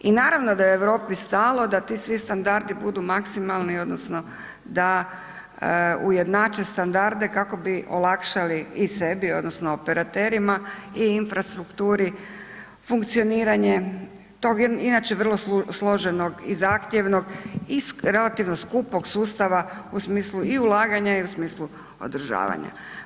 I naravno da je Europi stalo da ti svi standardi budu maksimalni odnosno da ujednače standarde kako bi olakšali i sebi odnosno operaterima i infrastrukturi funkcioniranje tog jednog inače vrlo složenog i zahtjevnom i relativno skupog sustava u smislu i ulaganja i u smislu održavanja.